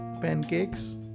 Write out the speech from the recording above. pancakes